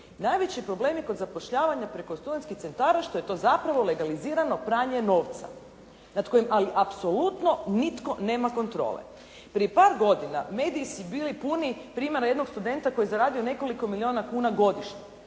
Najveći problemi kod zapošljavanja preko studentskih centara što je to zapravo legalizirano pranje novca, nada kojim apsolutno nitko nema kontrole. Prije par godina mediji su bili punu primjera jednog studenta koji je zaradio nekoliko milijuna kuna godišnje,